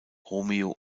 romeo